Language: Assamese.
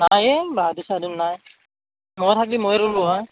নাইয়ে বাহাদুৰ চাহাদুৰ নাই মোৰ থাকলি মইয়ে ৰুলো হয়